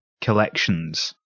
collections